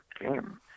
game